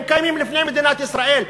הם קיימים לפני מדינת ישראל.